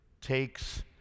takes